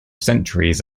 centuries